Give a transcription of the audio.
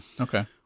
okay